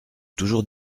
toujours